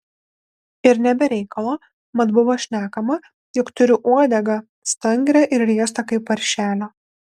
ir ne be reikalo mat buvo šnekama jog turi uodegą stangrią ir riestą kaip paršelio